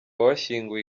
washyinguwe